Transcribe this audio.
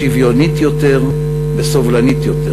שוויונית יותר וסובלנית יותר.